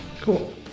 Cool